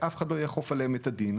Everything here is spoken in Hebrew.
ואף אחד לא יאכוף עליהם את הדין.